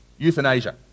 Euthanasia